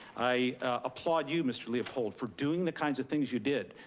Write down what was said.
i applaud you, mr. leopold, for doing the kinds of things you did.